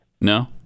No